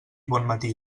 bonmatí